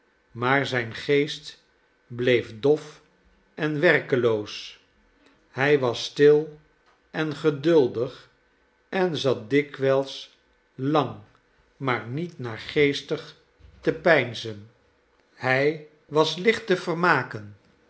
maar zijn geest bleef dof en werkeloos hij was stil en geduldig en zat dikwijls lang maar niet naargeestig te peinzen hij was licht te vermaken